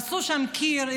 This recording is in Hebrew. עשו שם קיר.